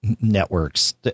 networks